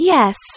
Yes